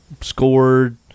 scored